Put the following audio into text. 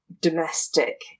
domestic